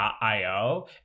.io